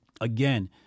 again